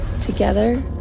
together